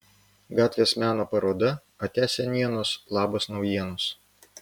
gatvės meno paroda ate senienos labas naujienos